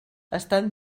estan